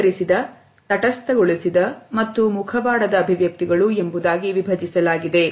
ಅನುಕರಿಸಿದ ತಟಸ್ಥಗೊಳಿಸಿದ ಮತ್ತು ಮುಖವಾಡದ ಅಭಿವ್ಯಕ್ತಿಗಳು ಎಂಬುದಾಗಿ ವಿಭಜಿಸಲಾಗಿದೆ